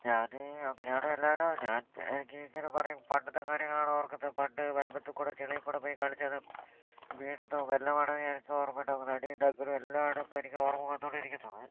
ഞാൻ അങ്ങനെ ആണ് എല്ലാവരും ഞാന് എനിക്ക് ഇങ്ങനെ പറയും പണ്ടത്തെ കാര്യങ്ങളാണ് ഓര്ക്കുന്നത് പണ്ട് വരമ്പത്തുകൂടി ചളിയിൽക്കൂടി പോയി കളിച്ചതും വീണതും എല്ലാമാണ് എനിക്ക് ഓര്മ്മ ഉണ്ടാകുന്നത് അടി ഉണ്ടാക്കലും എല്ലാമാണ് ഇപ്പോൾ എനിക്ക് ഓര്മ്മ വന്നു കൊണ്ടേയിരിക്കുന്നത്